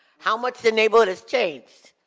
how much the neighborhood has changed.